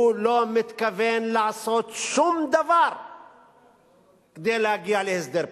הוא לא מתכוון לעשות שום דבר כדי להגיע להסדר פוליטי.